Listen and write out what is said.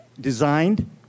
designed